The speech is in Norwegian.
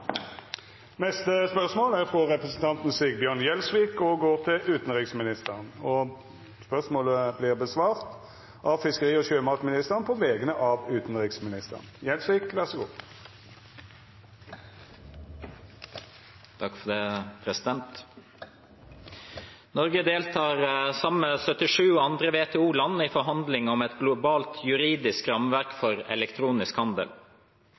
representanten Sigbjørn Gjelsvik til utanriksministeren, vil verta svara på av fiskeri- og sjømatministeren på vegner av utanriksministeren, som er bortreist. «Norge deltar sammen med 77 andre WTO-land i forhandlinger om et globalt juridisk rammeverk for elektronisk handel.